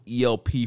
ELP